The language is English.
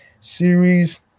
series